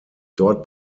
dort